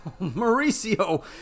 Mauricio